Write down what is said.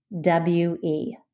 W-E